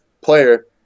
player